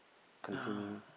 containing